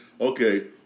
okay